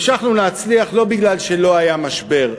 המשכנו להצליח לא מפני שלא היה משבר.